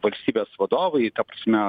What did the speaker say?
valstybės vadovai ta prasme